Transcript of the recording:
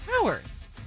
powers